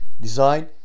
Design